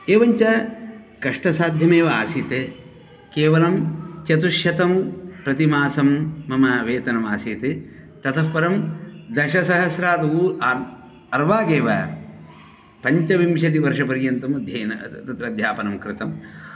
एवञ्च कष्टसाध्यमेव आसीत् केवलं चतुःशतं प्रतिमासं मम वेतनम् आसीत् ततःपरं दशसहस्रात् ऊ अर्वागेव पञ्चविंशतिवर्षपर्यन्तं अध्ययनं तत्र अध्यापनं कृतम्